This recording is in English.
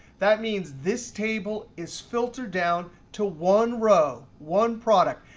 that means this table is filtered down to one row, one product.